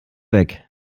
weg